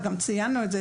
וגם ציינו את זה,